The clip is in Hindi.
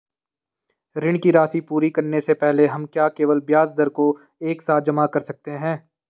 ऋण की राशि पूरी करने से पहले हम क्या केवल ब्याज दर को एक साथ जमा कर सकते हैं?